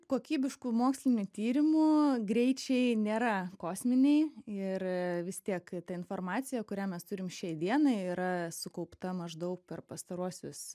kokybiškų mokslinių tyrimų greičiai nėra kosminiai ir vis tiek ta informacija kurią mes turim šiai dienai yra sukaupta maždaug per pastaruosius